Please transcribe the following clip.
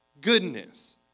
goodness